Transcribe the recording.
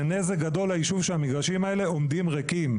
זה נזק גדול ליישוב כשהמגרשים האלה עומדים ריקים.